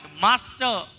Master